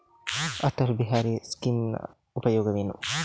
ಅಟಲ್ ಬಿಹಾರಿ ಸ್ಕೀಮಿನ ಉಪಯೋಗವೇನು?